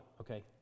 okay